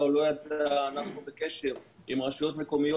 או לא הייתה בקשר עם רשויות מקומיות.